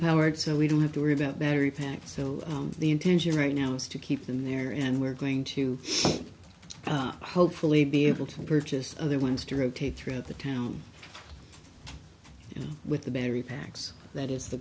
powered so we don't have to worry about battery packs so the intention right now is to keep them there and we're going to hopefully be able to purchase other ones to rotate through the town with the battery packs that is the